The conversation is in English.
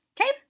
okay